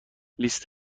لیست